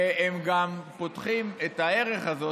והם גם פותחים את הערך הזה,